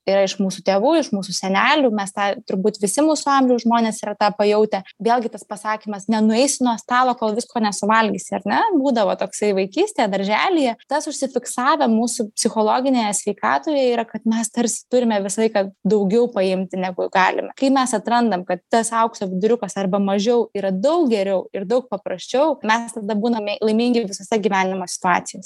yra iš mūsų tėvų iš mūsų senelių mes tą turbūt visi mūsų amžiaus žmonės yra tą pajautę vėlgi tas pasakymas nenueisi nuo stalo kol visko nesuvalgysi ar ne būdavo toksai vaikystėj darželyje tas užsifiksavę mūsų psichologinėje sveikatoje yra kad mes tarsi turime visą laiką daugiau paimti negu galime kai mes atrandam kad tas aukso viduriukas arba mažiau yra daug geriau ir daug paprasčiau mes tada būname laimingi visose gyvenimo situacijos